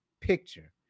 picture